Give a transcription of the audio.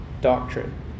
doctrine